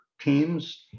teams